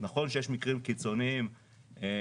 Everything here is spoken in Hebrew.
נכון שיש מקרים קיצוניים שעולים,